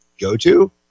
go-to